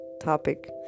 topic